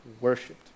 worshipped